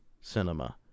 cinema